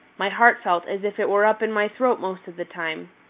my heart felt as if it were up in my throat most of the time.